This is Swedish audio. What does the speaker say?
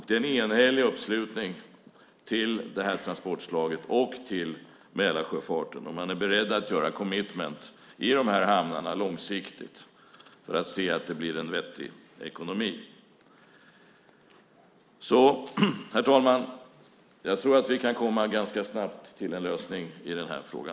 Det är en enhällig uppslutning kring detta transportslag och Mälarsjöfarten, och man är beredd att göra ett commitment i dessa hamnar långsiktigt för att det ska bli en vettig ekonomi. Herr talman! Jag tror att vi ganska snabbt kan komma till en lösning i denna fråga.